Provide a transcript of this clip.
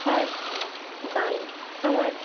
তার গান আমার